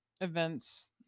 events